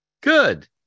Good